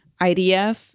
IDF